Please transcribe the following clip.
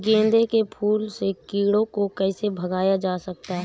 गेंदे के फूल से कीड़ों को कैसे भगाया जा सकता है?